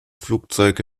flugzeuge